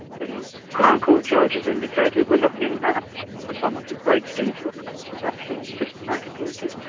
the crown court judge has indicated we're looking at, for someone who breaks into the premises, actually systematic looting,